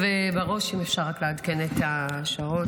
חבר הכנסת עמית הלוי,